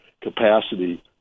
capacity